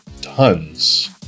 tons